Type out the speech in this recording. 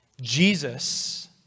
Jesus